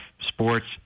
sports